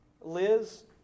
Liz